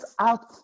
out